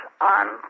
on